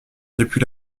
depuis